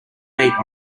meat